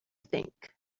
think